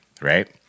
right